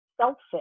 selfish